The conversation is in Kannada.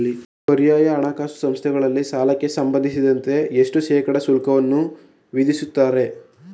ಪರ್ಯಾಯ ಹಣಕಾಸು ಸಂಸ್ಥೆಗಳಲ್ಲಿ ಸಾಲಕ್ಕೆ ಸಂಬಂಧಿಸಿದಂತೆ ಎಷ್ಟು ಶೇಕಡಾ ಶುಲ್ಕವನ್ನು ವಿಧಿಸುತ್ತಾರೆ?